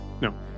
No